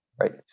Right